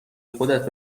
خودت